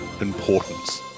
importance